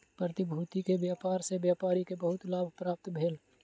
प्रतिभूति के व्यापार सॅ व्यापारी के बहुत लाभ प्राप्त भेल